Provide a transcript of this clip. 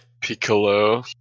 Piccolo